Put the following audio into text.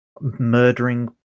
murdering